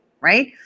right